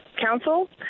Council